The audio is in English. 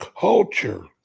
culture